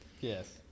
Yes